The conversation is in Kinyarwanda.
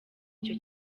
icyo